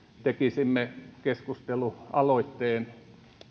tekisimme keskustelualoitteen